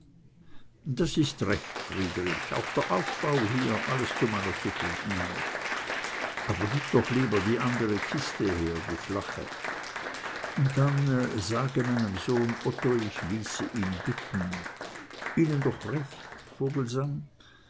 das ist recht friedrich auch der aufbau hier alles zu meiner zufriedenheit aber gib doch lieber die andere kiste her die flache und dann sage meinem sohn otto ich ließe ihn bitten ihnen doch recht vogelsang